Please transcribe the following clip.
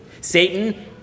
Satan